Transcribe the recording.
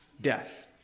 death